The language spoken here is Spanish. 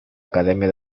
academia